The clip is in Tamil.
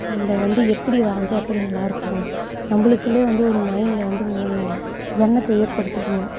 நம்ம வந்து எப்படி வரைஞ்சா எப்படி நல்லாயிருக்கும் நம்மளுக்குள்ளையே வந்து ஒரு மைண்டில் வந்து ஒரு எண்ணத்தை ஏற்படுத்திக்கணும்